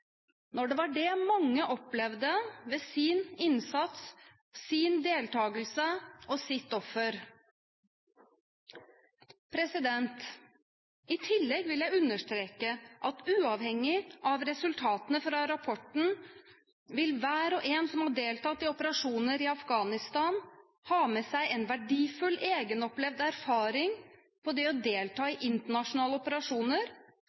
når det var det mange opplevde ved sin innsats, sin deltakelse og sitt offer. I tillegg vil jeg understreke at uavhengig av resultatene fra rapporten vil hver og en som har deltatt i operasjoner i Afghanistan, ha med seg en verdifull egenopplevd erfaring ved å delta i internasjonale operasjoner,